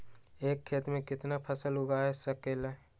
एक खेत मे केतना फसल उगाय सकबै?